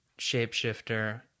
Shapeshifter